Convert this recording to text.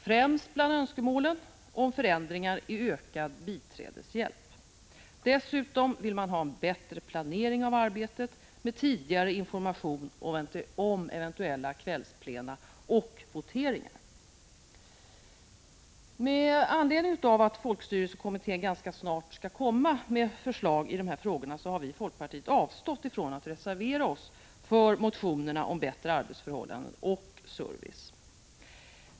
Främst bland önskemålen om förändringar är ökad biträdeshjälp. Dessutom vill man ha en bättre planering av arbetet med tidigare information om eventuella kvällsplena och voteringar. Med anledning av att folkstyrelsekommittén ganska snart skall komma med förslag i dessa frågor har vi i folkpartiet avstått från att reservera oss för motionerna om bättre arbetsförhållanden och service.